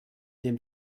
dem